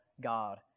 God